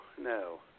no